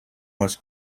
was